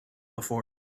before